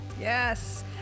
Yes